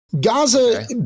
Gaza